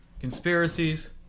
Conspiracies